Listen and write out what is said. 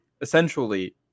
essentially